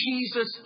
Jesus